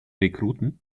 rekruten